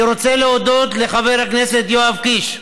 אני רוצה להודות לחבר הכנסת יואב קיש,